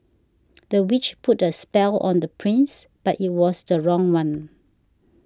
the witch put a spell on the prince but it was the wrong one